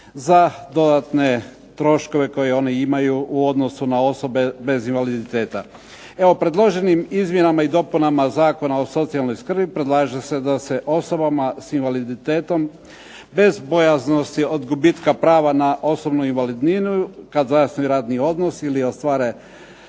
za dodatne troškove koje oni imaju u odnosu na osobe bez invaliditeta. Predloženim izmjenama i dopunama Zakona o socijalnoj skrbi predlaže se da se osobama s invaliditetom bez bojaznosti od gubitka prava na osobnu invalidninu kad zasnuju radni odnos ili ostvare